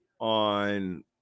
on